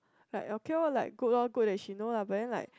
like okay lor like good lor good that she know lah but then like